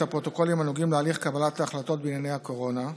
הפרוטוקולים הנוגעים להליך קבלת ההחלטות בענייני הקורונה.